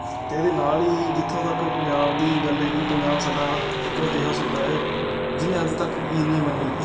ਅਤੇ ਇਹਦੇ ਨਾਲ ਹੀ ਜਿੱਥੋਂ ਤੱਕ ਪੰਜਾਬ ਦੀ ਗੱਲ ਹੈਗੀ ਪੰਜਾਬ ਸਾਡਾ ਇੱਕ ਅਜਿਹਾ ਸੂਬਾ ਹੈ ਜਿਹਨੇ ਅੱਜ ਤੱਕ ਈਨ ਨਹੀਂ ਮੰਨੀ